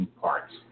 Parts